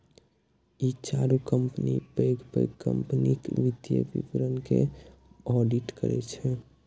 ई चारू कंपनी पैघ पैघ कंपनीक वित्तीय विवरण के ऑडिट करै छै